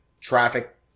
traffic